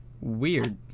Weird